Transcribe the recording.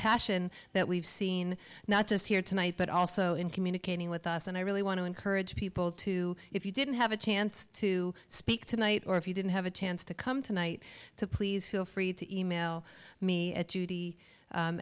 passion that we've seen not just here tonight but also in communicating with us and i really want to encourage people to if you didn't have a chance to speak tonight or if you didn't have a chance to come tonight please feel free to e mail me at judy